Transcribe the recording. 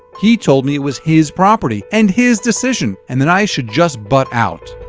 he told me it was his property and his decision and that i should just butt out